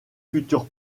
futur